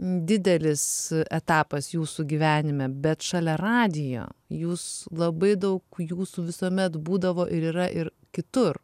didelis etapas jūsų gyvenime bet šalia radijo jūs labai daug jūsų visuomet būdavo ir yra ir kitur